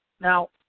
Now